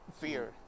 Fear